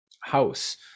house